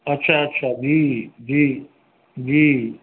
अच्छा अच्छा जी जी जी